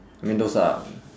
I mean those are